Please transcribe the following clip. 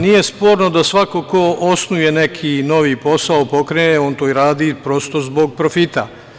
Nije sporno da svako ko osnuje neki novi posao, pokrene, on to radi prosto zbog profita.